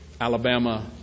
Alabama